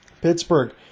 Pittsburgh